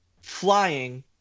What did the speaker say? flying